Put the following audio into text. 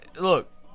Look